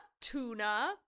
Tuna